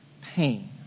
pain